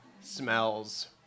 smells